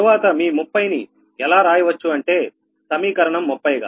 తరువాత మీ 30 నీ ఎలా రాయవచ్చు అంటే సమీకరణం 30 గా